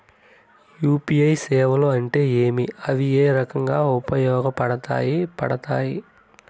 UPI సేవలు అంటే ఏమి, అవి ఏ రకంగా ఉపయోగపడతాయి పడతాయి?